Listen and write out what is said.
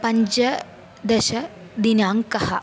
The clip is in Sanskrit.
पञ्चदशदिनाङ्कः